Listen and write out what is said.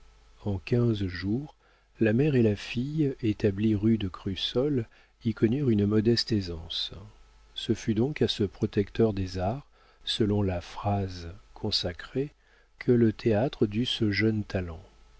en quinze jours la mère et la fille établies rue de crussol y connurent une modeste aisance ce fut donc à ce protecteur des arts selon la phrase consacrée que le théâtre dut ce jeune talent